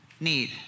need